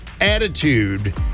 attitude